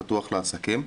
לעסקים?